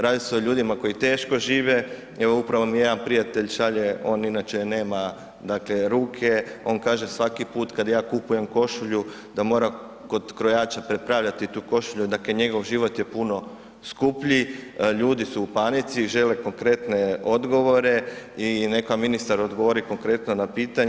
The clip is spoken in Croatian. Radi se o ljudima koji teško žive, evo upravo mi jedan prijatelj šalje, on inače nema dakle ruke, on kaže svaki put kad ja kupujem košulju da mora kod krojača prepravljati tu košulju, dakle njegov život je puno skuplji, ljudi su u panici žele konkretne odgovore i neka ministar odgovori konkretno na pitanja.